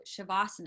shavasana